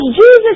Jesus